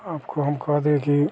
आपको हम कह दें कि